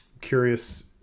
curious